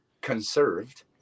conserved